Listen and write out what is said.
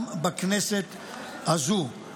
גם בכנסת הזו.